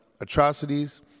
atrocities